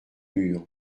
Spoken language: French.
murs